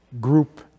group